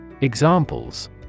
Examples